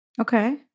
Okay